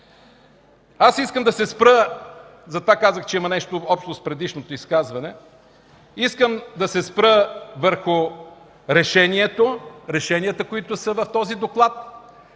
Аз искам да се спра, затова казах, че има нещо общо с предишното изказване, искам да се спра върху решенията, които са в този доклад,